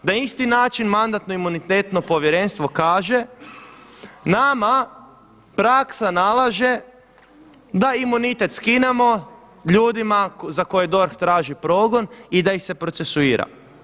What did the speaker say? Na isti način Manatno-imunitetno povjerenstvo kaže nama praksa nalaže da imunitet skinemo ljudima za koje DORH traži progon i da ih se procesuira.